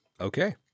Okay